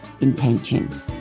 intention